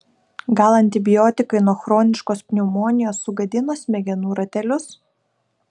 gal antibiotikai nuo chroniškos pneumonijos sugadino smegenų ratelius